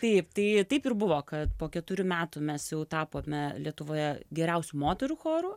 taip tai taip ir buvo kad po keturių metų mes jau tapome lietuvoje geriausiu moterų choru